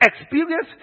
Experience